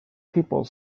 people